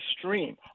stream